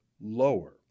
lower